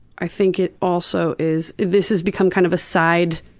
i think it also is, this is become kind of a side,